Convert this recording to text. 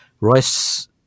Royce